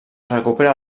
recupera